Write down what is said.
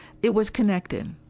it was connected.